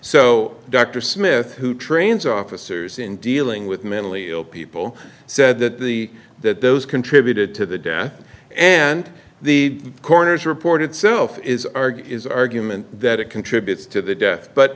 smith who trains officers in dealing with mentally ill people said that the that those contributed to the death and the coroner's report itself is argued is argument that it contributes to the death but